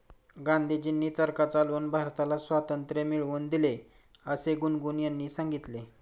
गांधीजींनी चरखा चालवून भारताला स्वातंत्र्य मिळवून दिले असे गुनगुन यांनी सांगितले